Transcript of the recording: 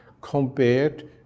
compared